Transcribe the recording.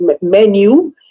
Menu